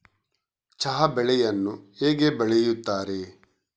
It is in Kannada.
ಚಹಾ ಬೆಳೆಯನ್ನು ಹೇಗೆ ಬೆಳೆಯುತ್ತಾರೆ?